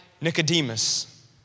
Nicodemus